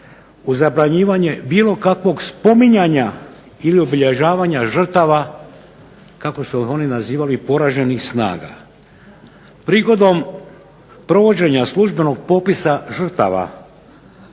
u zabranjivanje bilo kakvog spominjanja ili obilježavanja žrtava kako su ih oni nazivali poraženih snaga. Prigodom provođenja službenog popisa žrtava